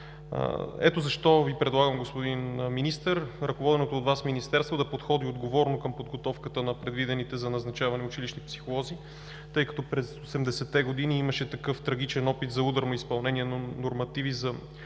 Ето защо Ви предлагам, господин Министър, ръководеното от Вас Министерство да подходи отговорно към подготовката на предвидените за назначаване училищни психолози, тъй като през 80 те години имаше такъв трагичен опит за ударно изпълнение на нормативи за